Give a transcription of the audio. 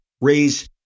raise